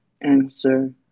answer